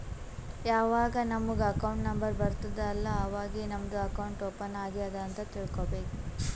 ಯಾವಾಗ್ ನಮುಗ್ account number ಬರ್ತುದ್ ಅಲ್ಲಾ ಅವಾಗೇ ನಮ್ದು ಅಕೌಂಟ್ ಓಪನ್ ಆಗ್ಯಾದ್ ಅಂತ್ ತಿಳ್ಕೋಬೇಕು